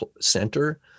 center